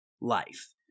life